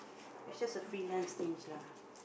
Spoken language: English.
it's just a freelance things lah